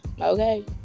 Okay